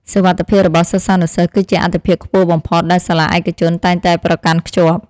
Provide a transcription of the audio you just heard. សុវត្ថិភាពរបស់សិស្សានុសិស្សគឺជាអាទិភាពខ្ពស់បំផុតដែលសាលាឯកជនតែងតែប្រកាន់ខ្ជាប់។